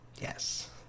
Yes